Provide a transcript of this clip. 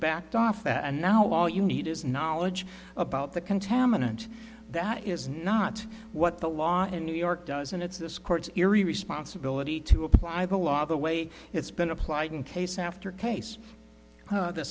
backed off and now all you need is knowledge about the contaminant that is not what the law in new york does and it's this court's theory responsibility to apply the law the way it's been applied in case after case